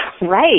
Right